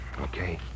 Okay